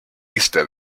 lista